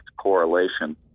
correlation